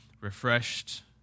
refreshed